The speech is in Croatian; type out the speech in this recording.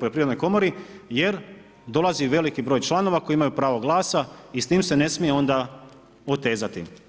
poljoprivrednoj komori jer dolazi veliki broj članova koji imaju pravo glasa i s time se ne smije onda otezati.